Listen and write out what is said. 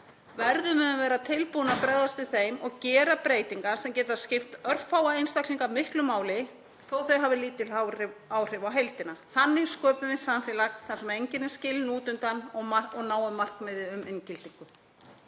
verðum við að vera tilbúin að bregðast við þeim og gera breytingar sem geta skipt örfáa einstaklinga miklu máli þótt þær hafi lítil áhrif á heildina. Þannig sköpum við samfélag þar sem enginn er skilinn út undan og náum markmiði um inngildingu.